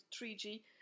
3g